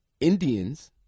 Indians